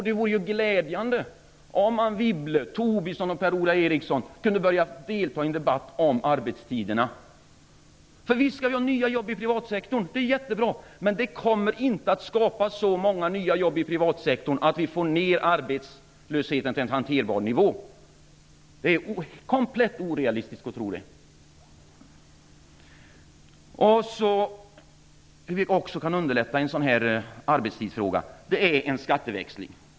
Det vore också glädjande om Anne Wibble, Lars Tobisson och Per-Ola Eriksson började delta i debatten om arbetstiderna. Visst skall vi ha nya jobb i privatsektorn! Det är jättebra. Men det kommer inte att skapas så många nya jobb i privatsektorn att vi får ned arbetslösheten till en hanterbar nivå. Det är komplett orealistiskt att tro det. Vi kan också underlätta i arbetstidsfrågan genom en skatteväxling.